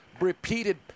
repeated